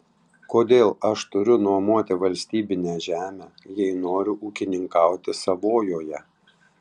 kodėl aš turiu nuomoti valstybinę žemę jei noriu ūkininkauti savojoje